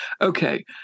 okay